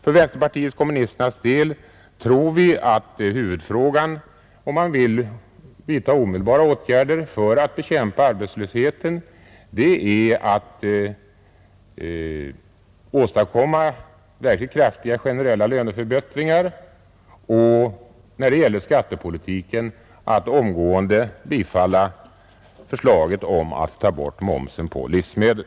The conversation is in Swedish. Vi i vänsterpartiet kommunisterna tror dock att huvudfrågan om man vill vidta omedelbara åtgärder för att bekämpa arbetslösheten är att åstadkomma verkligt kraftiga generella löneförbättringar samt att när det gäller skattepolitiken omedelbart bifalla förslaget om att ta bort momsen på livsmedel.